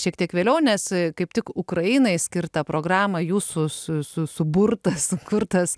šiek tiek vėliau nes kaip tik ukrainai skirtą programą jūsų su su suburtas sukurtas